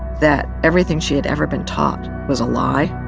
that everything she had ever been taught was a lie.